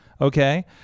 Okay